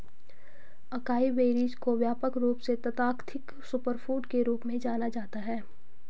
acai berries को व्यापक रूप से तथाकथित सुपरफूड के रूप में जाना जाता है